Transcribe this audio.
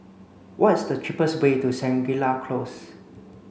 what is the cheapest way to Shangri La Close